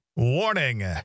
Warning